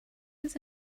does